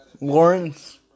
Lawrence